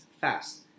fast